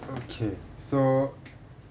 okay so